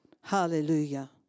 Hallelujah